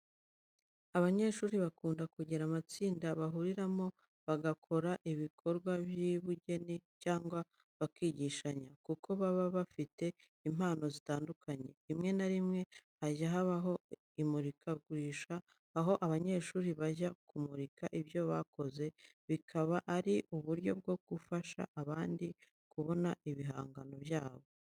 Abanyeshuri bakunda kugira amatsinda bahuriramo bagakora ibikorwa by’ubugeni cyangwa bakigishanya, kuko baba bafite impano zitandukanye. Rimwe na rimwe, hajya habaho imurikagurisha, aho abanyeshuri bajya kumurika ibyo bakoze, bikaba ari uburyo bwo gufasha abandi kubona ibihangano byabo.